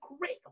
great